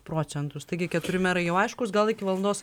procentus taigi keturi merai jau aiškūs gal iki valandos